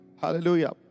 hallelujah